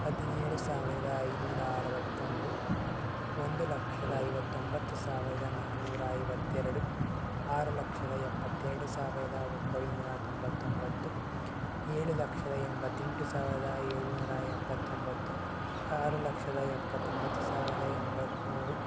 ಹದಿನೇಳು ಸಾವಿರದ ಐನೂರ ಅರುವತ್ತೊಂದು ಒಂದು ಲಕ್ಷದ ಐವತ್ತೊಂಬತ್ತು ಸಾವಿರದ ನಾಲ್ನೂರ ಐವತ್ತೆರಡು ಆರು ಲಕ್ಷದ ಎಪ್ಪತ್ತೆರಡು ಸಾವಿರದ ಒಂಬೈನೂರ ತೊಂಬತ್ತೊಂಬತ್ತು ಏಳು ಲಕ್ಷದ ಎಂಬತ್ತೆಂಟು ಸಾವಿರದ ಏಳು ನೂರ ಎಪ್ಪತ್ತೊಂಬತ್ತು ಆರು ಲಕ್ಷದ ಎಪ್ಪತ್ತೊಂಬತ್ತು ಸಾವಿರದ ಎಂಬತ್ತಮೂರು